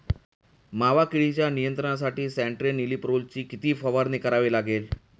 मावा किडीच्या नियंत्रणासाठी स्यान्ट्रेनिलीप्रोलची किती फवारणी करावी लागेल?